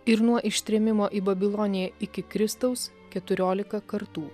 ir nuo ištrėmimo į babiloniją iki kristaus keturiolika kartų